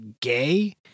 gay